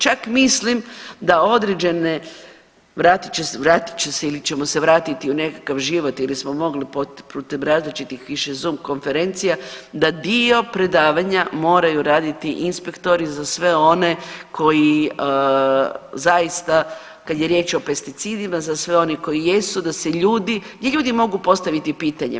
Čak mislim da određene vratit će se ili ćemo se vratiti u nekakav život ili smo mogli putem različitih Zoom konferencija da dio predavanja moraju raditi inspektori za sve one koji zaista kada je riječ o pesticidima, za sve one koji jesu da se ljudi, gdje ljudi mogu postaviti pitanje.